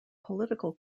political